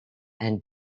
and